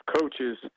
coaches